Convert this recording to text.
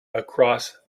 across